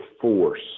force